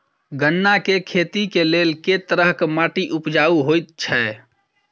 गन्ना केँ खेती केँ लेल केँ तरहक माटि उपजाउ होइ छै?